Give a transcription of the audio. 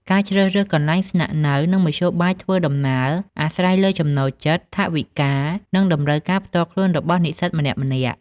ការជ្រើសរើសកន្លែងស្នាក់នៅ និងមធ្យោបាយធ្វើដំណើរ អាស្រ័យលើចំណូលចិត្ត ថវិកា និងតម្រូវការផ្ទាល់ខ្លួនរបស់និស្សិតម្នាក់ៗ។